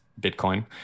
Bitcoin